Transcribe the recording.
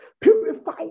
Purify